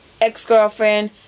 ex-girlfriend